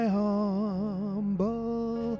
humble